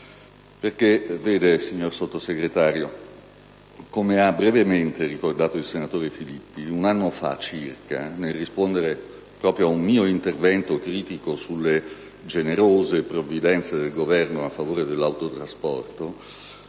Infatti, signor Sottosegretario, come ha brevemente ricordato il senatore Marco Filippi, circa un anno fa, nel rispondere proprio ad un mio intervento critico sulle generose provvidenze del Governo a favore dell'autotrasporto,